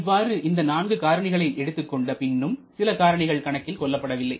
இவ்வாறு இந்த நான்கு காரணிகளை எடுத்துக் கொண்ட பின்பும் சில காரணிகள் கணக்கில் கொள்ளப்படவில்லை